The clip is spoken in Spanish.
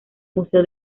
museo